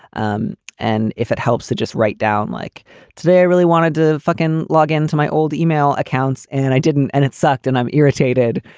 um and if it helps to just write down like today, i really wanted to fucking log into my old email accounts and i didn't and it sucked and i'm irritated.